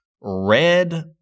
red